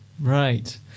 Right